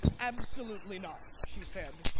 absolutely not, she said.